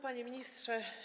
Panie Ministrze!